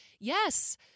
Yes